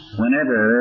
whenever